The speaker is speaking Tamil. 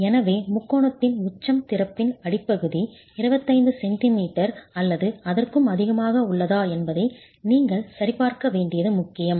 எனவே முக்கோணத்தின் உச்சம் திறப்பின் அடிப்பகுதி 25 சென்டிமீட்டர் அல்லது அதற்கும் அதிகமாக உள்ளதா என்பதை நீங்கள் சரிபார்க்க வேண்டியது முக்கியம்